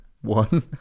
one